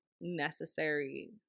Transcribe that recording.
necessary